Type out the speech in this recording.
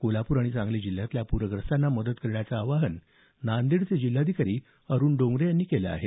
कोल्हापूर आणि सांगली जिल्ह्यातल्या पूरग्रस्तांना मदत करण्याचं आवाहन नांदेडचे जिल्हाधिकारी अरूण डोंगरे यांनी केलं आहे